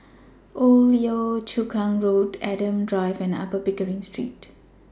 Old Yio Chu Kang Road Adam Drive and Upper Pickering Street